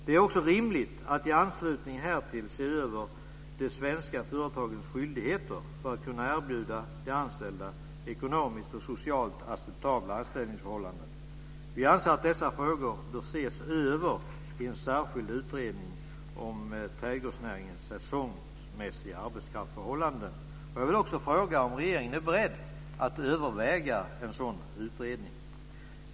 Det är också rimligt att i anslutning härtill se över de svenska företagens skyldigheter för att kunna erbjuda de anställda ekonomiskt och socialt acceptabla anställningsförhållanden. Jag vill också fråga om regeringen är beredd att överväga en sådan utredning.